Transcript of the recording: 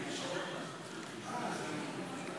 נגד ואליד טאהא.